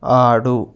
ఆడు